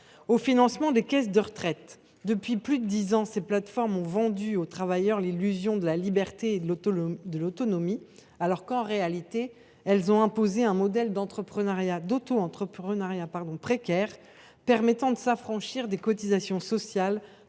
au financement des caisses de retraite. Depuis plus de dix ans, ces plateformes ont vendu aux travailleurs l’illusion de la liberté et de l’autonomie, alors qu’elles ont en réalité imposé un modèle d’autoentrepreneuriat précaire permettant de s’affranchir des cotisations sociales.